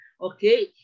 okay